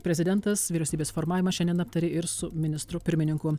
prezidentas vyriausybės formavimą šiandien aptarė ir su ministru pirmininku